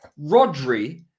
Rodri